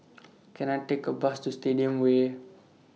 Can I Take A Bus to Stadium Way